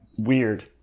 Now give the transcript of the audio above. Weird